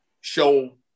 show